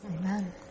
Amen